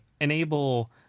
enable